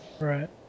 right